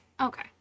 okay